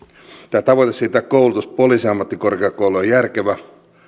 tämä tavoite siirtää koulutus poliisiammattikorkeakouluun on järkevä